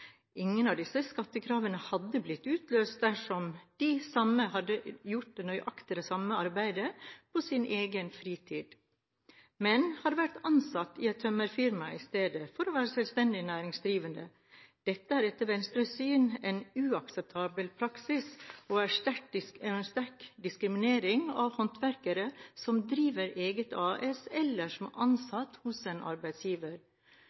Ingen av disse skattekravene hadde blitt utløst dersom de samme hadde gjort nøyaktig det samme arbeidet på sin egen fritid, men hadde vært ansatt i et tømrerfirma i stedet for å være selvstendig næringsdrivende. Dette er etter Venstres syn en uakseptabel praksis og en sterk diskriminering av håndverkere som driver eget AS, eller som er ansatt hos en arbeidsgiver.